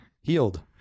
healed